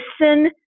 Listen